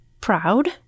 proud